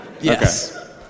Yes